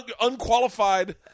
unqualified